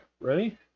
ready